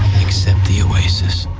except the oasis.